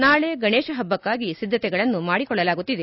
ನಾಳೆ ಗಣೇಶ ಹಬ್ಬಕ್ಕಾಗಿ ಸಿದ್ದತೆಗಳನ್ನು ಮಾಡಿಕೊಳ್ಳಲಾಗುತ್ತಿದೆ